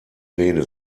rede